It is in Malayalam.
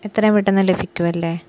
എത്രയും പെട്ടെന്ന് ലഭിക്കും അല്ലേ